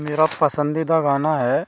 मेरा पसंदीदा गाना है